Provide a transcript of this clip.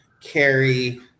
carry